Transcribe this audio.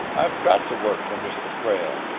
i've got to work for mr. prale.